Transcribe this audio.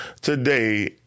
today